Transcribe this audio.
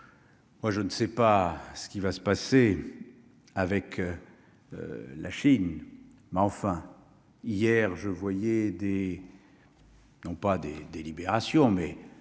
moi, je ne sais pas ce qui va se passer avec la Chine, mais enfin, hier, je voyais des. Non pas des délibérations, mais